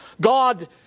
God